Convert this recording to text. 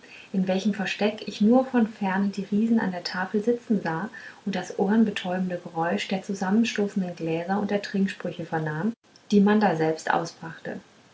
in welchem versteck ich nur von ferne die riesen an der tafel sitzen sah und das ohrbetäubende geräusch der zusammengestoßenen gläser und der trinksprüche vernahm die man daselbst ausbrachte